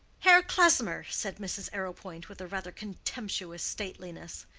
herr klesmer, said mrs. arrowpoint, with a rather contemptuous stateliness,